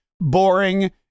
boring